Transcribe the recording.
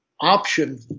option